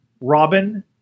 Robin